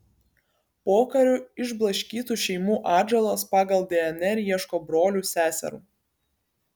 pokariu išblaškytų šeimų atžalos pagal dnr ieško brolių seserų